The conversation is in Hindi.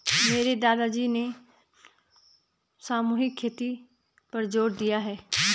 मेरे दादाजी ने सामूहिक खेती पर जोर दिया है